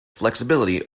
flexibility